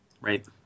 Right